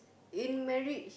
in marriage